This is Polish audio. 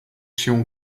się